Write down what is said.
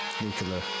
nuclear